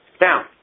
Now